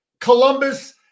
Columbus